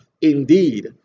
indeed